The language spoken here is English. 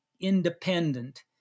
independent